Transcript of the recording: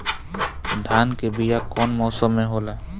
धान के बीया कौन मौसम में होला?